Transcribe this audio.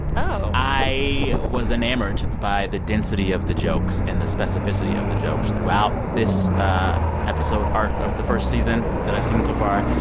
oh i was enamored by the density of the jokes and the specificity of the jokes throughout this ah episode arc of the first season that i've seen so far.